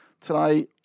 Today